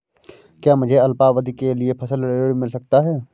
क्या मुझे अल्पावधि के लिए फसल ऋण मिल सकता है?